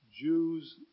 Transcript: Jews